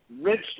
rich